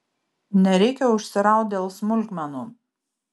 nereikia užsiraut dėl smulkmenų